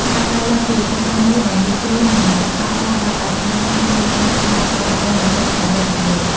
ការប្រើលបជាវិធីសាស្ត្រមួយដែលងាយស្រួលនិងមិនប៉ះពាល់ដល់បរិស្ថានខ្លាំងដូច ការប្រើឧបករណ៍នេសាទទំនើបៗ។